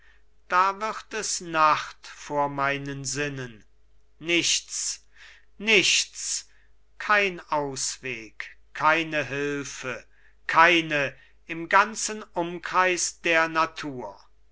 da wird es nacht vor meinen sinnen nichts nichts kein ausweg keine hülfe keine im ganzen umkreis der natur